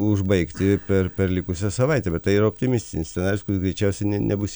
užbaigti per per likusią savaitę bet tai yra optimistinis scenarius kuris greičiausiai ne nebus